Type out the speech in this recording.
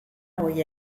hauei